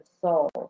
soul